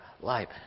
life